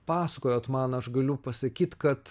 pasakojot man aš galiu pasakyt kad